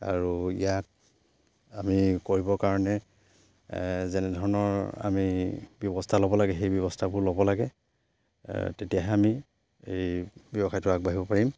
আৰু ইয়াক আমি কৰিবৰ কাৰণে যেনেধৰণৰ আমি ব্যৱস্থা ল'ব লাগে সেই ব্যৱস্থাবোৰ ল'ব লাগে তেতিয়াহে আমি এই ব্যৱসায়টো আগবাঢ়িব পাৰিম